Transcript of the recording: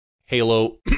Halo